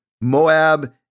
Moab